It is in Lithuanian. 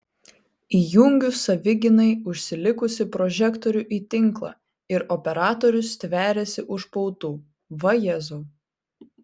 įjungiu savigynai užsilikusį prožektorių į tinklą ir operatorius stveriasi už pautų vajezau